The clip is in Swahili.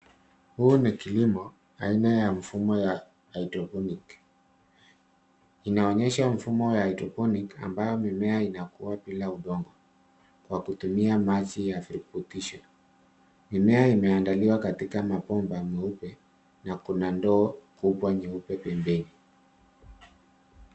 Huu ni kilimo aina ya mfumo ya hydroponic . Inaonyesha mfumo wa hydroponic ambayo mimea inakuwa bila udongo, kwa kutumia maji ya virutubisho. Mimea imeandaliwa katika mabomba meupe na kuna ndoo kubwa nyeupe pembeni.